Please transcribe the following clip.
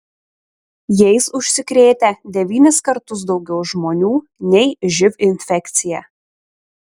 jais užsikrėtę devynis kartus daugiau žmonių nei živ infekcija